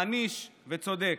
מעניש וצודק".